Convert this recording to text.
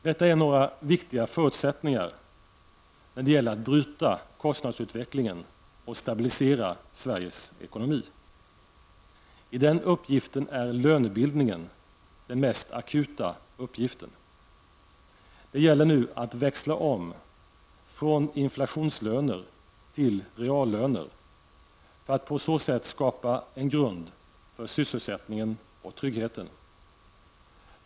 Detta är några viktiga förutsättningar när det gäller att bryta kostnadsutvecklingen och stabilisera Sveriges ekonomi. I den uppgiften är lönebildningen den mest akuta uppgiften. Det gäller nu att växla om från inflationslöner till reallöner för att på så sätt skapa en grund för sysselsättningen och tryggheten.